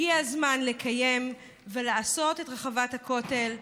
הגיע הזמן לקיים ולעשות את רחבת הכותל,